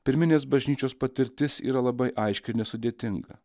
pirminės bažnyčios patirtis yra labai aiški ir nesudėtinga